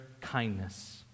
Kindness